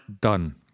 Done